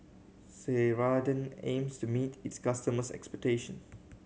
Ceradan aims to meet its customers' expectation